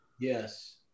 Yes